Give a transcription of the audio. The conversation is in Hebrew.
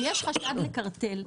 אם יש חשד לקרטל,